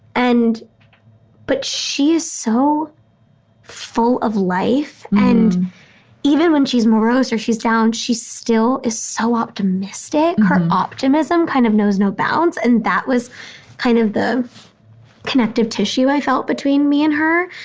and but she is so full of life. and even when she's morose or she's down, she still is so optimistic. her optimism kind of knows no bounds. and that was kind of the connective tissue i felt between me and her.